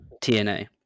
TNA